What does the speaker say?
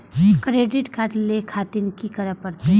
Credit card ले खातिर की करें परतें?